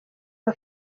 uwa